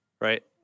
right